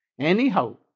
Anyhow